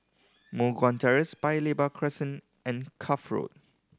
Moh Guan Terrace Paya Lebar Crescent and Cuff Road